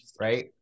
right